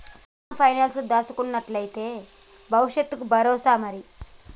personal పైనాన్సుల దాస్కునుడంటే బవుసెత్తకు బరోసా మరి